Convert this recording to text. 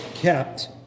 kept